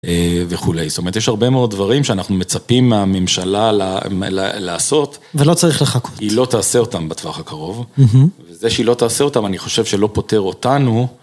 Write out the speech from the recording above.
וכולי זאת אומרת יש הרבה מאוד דברים שאנחנו מצפים הממשלה לעשות, ולא צריך לחכות. היא לא תעשה אותם בטווח הקרוב, וזה שהיא לא תעשה אותם אני חושב שלא פותר אותנו.